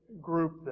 group